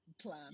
plan